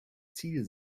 ziel